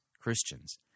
Christians